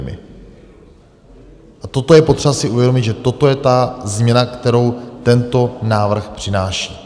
A toto je potřeba si uvědomit, že toto je ta změna, kterou tento návrh přináší.